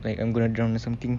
like I'm gonna drown or something